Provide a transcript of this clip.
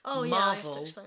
Marvel